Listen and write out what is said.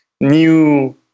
new